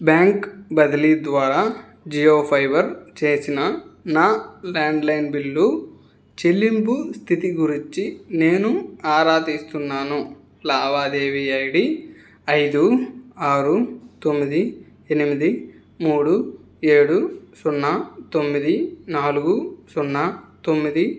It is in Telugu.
బ్యాంక్ బదిలీ ద్వారా జియో ఫైబర్ చేసిన నా ల్యాండ్లైన్ బిల్లు చెల్లింపు స్థితి గురిచ్చి నేను ఆరా తీస్తున్నాను లావాదేవీ ఐడి అయిదు ఆరు తొమ్మిది ఎనిమిది మూడు ఏడు సున్నా తొమ్మిది నాలుగు సున్నా తొమ్మిది